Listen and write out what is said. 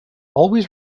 always